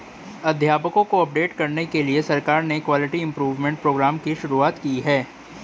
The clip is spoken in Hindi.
अध्यापकों को अपडेट करने के लिए सरकार ने क्वालिटी इम्प्रूव्मन्ट प्रोग्राम की शुरुआत भी की है